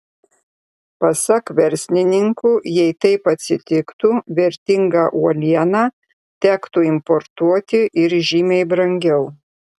pasak verslininkų jei taip atsitiktų vertingą uolieną tektų importuoti ir žymiai brangiau